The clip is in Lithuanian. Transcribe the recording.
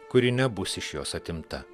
kuri nebus iš jos atimta